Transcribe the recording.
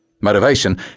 Motivation